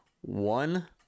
one